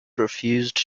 refused